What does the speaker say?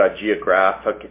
geographic